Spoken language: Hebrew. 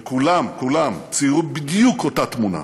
כולם, כולם, ציירו בדיוק את אותה תמונה: